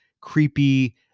creepy